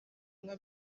nka